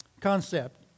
Concept